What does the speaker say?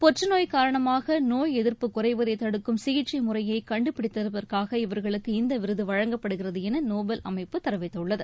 புற்றுநோய் காரணமாக நோய் எதிர்ப்பு குறைவதை தடுக்கும் சிகிச்சை முறையை கண்டுபிடித்திருப்பதற்காக இவர்களுக்கு இந்த விருது வழங்கப்படுகிறது என நோபல் அமைப்பு தெரிவித்துள்ளது